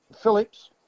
phillips